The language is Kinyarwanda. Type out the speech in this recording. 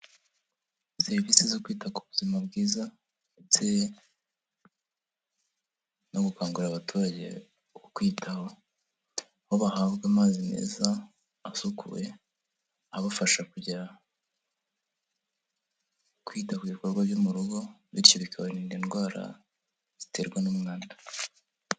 Serivisi zo kwita ku buzima bwiza ndetse no gukangurira abaturage kwiyitaho, bo bahabwa amazi meza asukuye abafasha kugera kwita ku bikorwa byo mu rugo bityo bikabarinda indwara ziterwa n'umwanda.